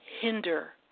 hinder